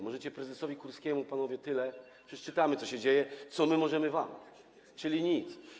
Możecie prezesowi Kurskiemu panowie tyle - przecież czytamy, co się dzieje - co wy możemy wam, czyli nic.